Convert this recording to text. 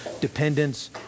dependence